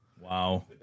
Wow